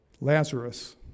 Lazarus